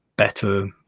better